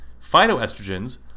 Phytoestrogens